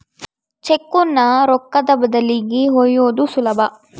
ಚೆಕ್ಕುನ್ನ ರೊಕ್ಕದ ಬದಲಿಗಿ ಒಯ್ಯೋದು ಸುಲಭ